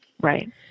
right